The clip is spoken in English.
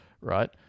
right